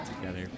together